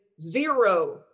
zero